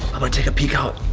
i'm gonna take a peek out.